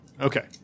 Okay